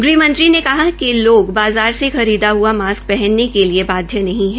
गृहमंत्री श्री अनिल विज ने कहा कि लोग बाज़ार से खरीदा हआ मास्क पहनने के लिए बाध्य नहीं है